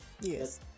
yes